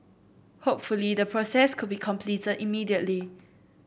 hopefully the process could be completed immediately